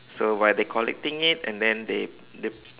so while they collecting it and then they the